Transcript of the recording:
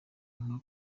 inka